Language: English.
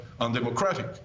undemocratic